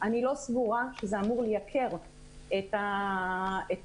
אני לא סבורה שזה אמור לייקר את העלויות.